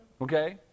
okay